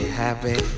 happy